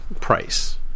price